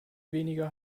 weniger